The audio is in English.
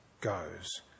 goes